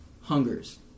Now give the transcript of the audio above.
hungers